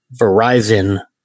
Verizon